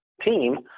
team